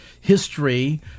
history